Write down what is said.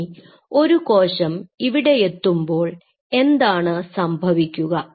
ഇനി ഒരു കോശം ഇവിടെയെത്തുമ്പോൾ എന്താണ് സംഭവിക്കുക